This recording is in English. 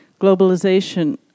globalization